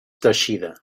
teixida